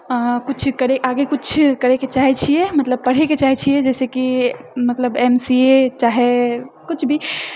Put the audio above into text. कुछ आगे कुछ करैके चाहै छियै मतलब पढैके चाहै छियै जैसे कि मतलब एम सी ए चाहे कुछ भी